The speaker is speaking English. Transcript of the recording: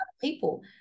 people